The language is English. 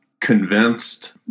convinced